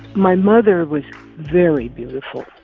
my mother was very beautiful,